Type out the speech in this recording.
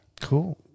Cool